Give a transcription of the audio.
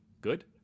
good